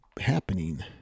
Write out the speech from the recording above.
happening